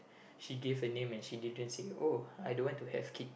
she gave a name and she didn't say oh I don't want to have kid